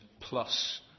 plus